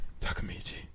Takamichi